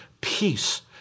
peace